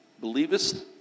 Believest